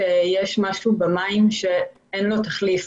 יש משהו במים שאין לו תחליף.